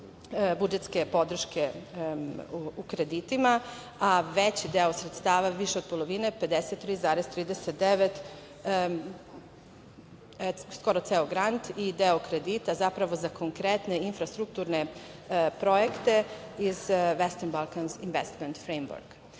budžetske podrške u kreditima, a veći deo sredstava, više od polovine 53,39 skoro ceo grant i deo kredita, zapravo za konkretne infrastrukturne projekte iz „Western Balkans Investment Framework“.Mnogo